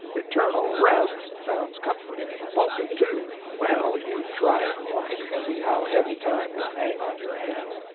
eternal rest sounds comforting in the pulpit, too. well, you try it once, and see how heavy time will hang on your hands.